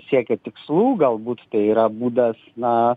siekė tikslų galbūt tai yra būdas na